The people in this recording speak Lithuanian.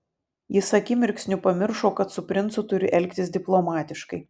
jis akimirksniu pamiršo kad su princu turi elgtis diplomatiškai